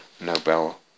Nobel